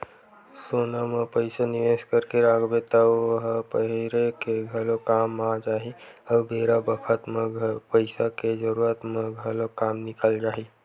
सोना म पइसा निवेस करके राखबे त ओ ह पहिरे के घलो काम आ जाही अउ बेरा बखत म पइसा के जरूरत म घलो काम निकल जाही